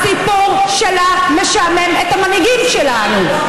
הסיפור שלה משעמם את המנהיגים שלנו,